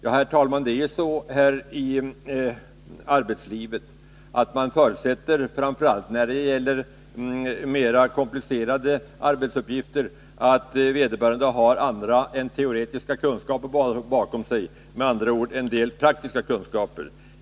Det är ju så i arbetslivet att man, framför allt när det gäller mer komplicerade vägande argument i detta sammanhang framförs också av arbetsuppgifter, förutsätter att vederbörande har andra kunskaper än rent teoretiska bakom sig, att han alltså har en del praktiska kunskaper.